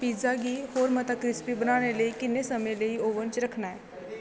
pizza गी होर मता क्रिस्पी बनाने लेई किन्नै समें लेई ओवन च रक्खांऽ